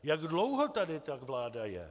Jak dlouho tady ta vláda je?